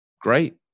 Great